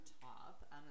top